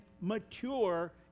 mature